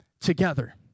together